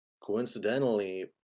coincidentally